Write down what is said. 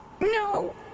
No